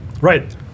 Right